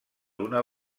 una